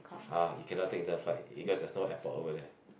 !huh! you cannot take the flight because there's no airport over there